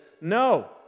no